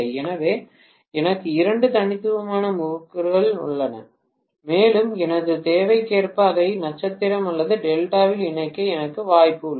எனவே எனக்கு இரண்டு தனித்துவமான முறுக்குகள் உள்ளன மேலும் எனது தேவைக்கேற்ப அதை நட்சத்திரம் அல்லது டெல்டாவில் இணைக்க எனக்கு வாய்ப்பு உள்ளது